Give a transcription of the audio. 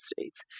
States